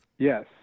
Yes